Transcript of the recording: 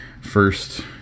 first